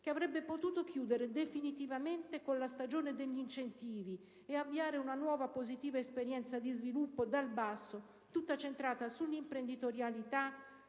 che avrebbe potuto chiudere definitivamente la stagione degli incentivi e avviare una nuova positiva esperienza di sviluppo dal basso tutta centrata sull'imprenditorialità